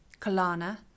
Kalana